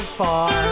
far